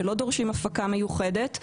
שלא דורשים הפקה מיוחדת,